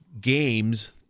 games